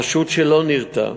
החשוד, שלא נרתע,